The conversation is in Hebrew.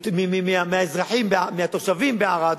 12% מהתושבים בערד,